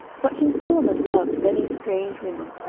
but king solomon loved many strange women,